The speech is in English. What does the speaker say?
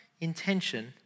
intention